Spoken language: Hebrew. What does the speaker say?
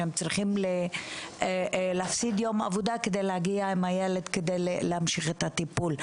שהם צריכים להפסיד יום עבודה כדי להגיע עם הילד כדי להמשיך את הטיפול?